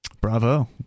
Bravo